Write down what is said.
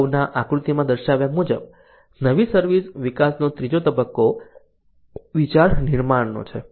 અગાઉના આકૃતિમાં દર્શાવ્યા મુજબ નવી સર્વિસ વિકાસનો ત્રીજો તબક્કો વિચાર નિર્માણનો છે